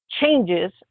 changes